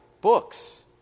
books